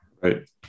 Right